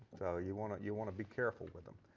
you want ah you want to be careful with them.